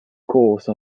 course